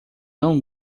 não